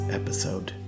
episode